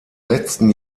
letzten